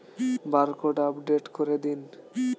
Barcode update করে দিন?